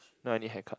no I need haircut